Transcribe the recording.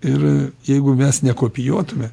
ir jeigu mes nekopijuotume